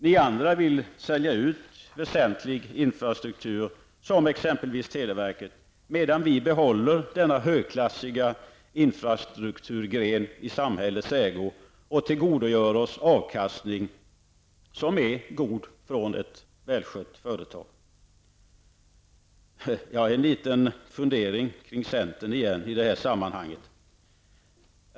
Ni andra vill sälja ut väsentlig infrastruktur, som exempelvis tTeleverket, medan vi behåller denna högklassiga infrastrukturgren i samhällets ägo och tillgodogör oss avkastning, som är god från ett välskött företag. I detta sammanhang vill jag igen komma med en liten fundering kring centern.